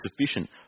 sufficient